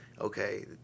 okay